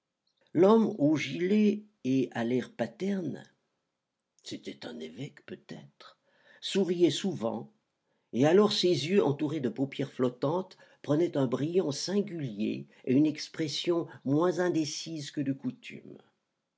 l'homme aux gilets et à l'air paterne c'était un évêque peut-être souriait souvent et alors ses yeux entourés de paupières flottantes prenaient un brillant singulier et une expression moins indécise que de coutume